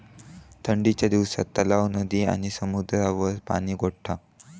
ठंडीच्या दिवसात तलाव, नदी आणि समुद्रावर पाणि गोठता